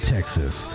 Texas